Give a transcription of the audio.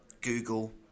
google